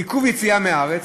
עיכוב יציאה מהארץ,